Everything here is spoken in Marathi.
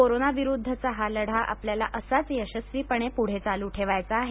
कोरोनाविरुद्धचा हा लढा आपल्याला असाच यशस्वीपणे पुढे चालू ठेवायचा आहे